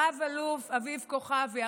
רב-אלוף אביב כוכבי,